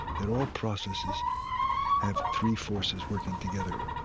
that all processes have three forces working together.